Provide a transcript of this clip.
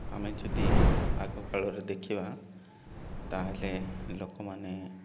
ଆମେ ଯଦି ଆଗକାଳରେ ଦେଖିବା ତାହେଲେ ଲୋକମାନେ